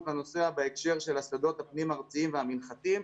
לנוסע בהקשר של השדות הפנים-ארציים והמנחתים.